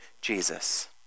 Jesus